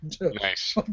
Nice